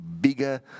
bigger